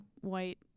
white